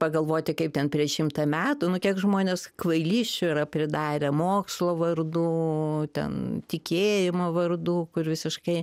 pagalvoti kaip ten prieš šimtą metų nu kiek žmonės kvailysčių yra pridarę mokslo vardu ten tikėjimo vardu kur visiškai